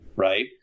Right